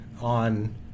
on